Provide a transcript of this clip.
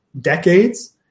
decades